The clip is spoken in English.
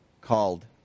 called